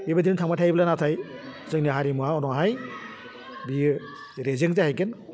बेबायदिनो थांबाय थायोब्ला नाथाय जोंनि हारिमुवा उनावहाय बियो रेजें जाहैगोन